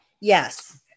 Yes